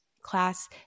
class